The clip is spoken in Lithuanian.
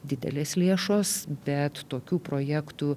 didelės lėšos bet tokių projektų